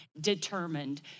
determined